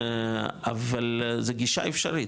אבל זה גישה אפשרית,